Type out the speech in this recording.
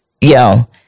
yo